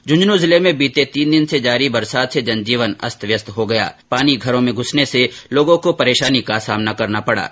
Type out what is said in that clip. झु झुनू जिले में बीते तीन दिन से जारी बरसात से जनजीवन अस्तव्यस्त हो गया है और पानी घरों में घूसने से लोगों को परेशानी का सामना करना पड़ रहा है